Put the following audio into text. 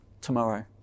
tomorrow